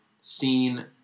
seen